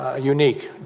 ah unique,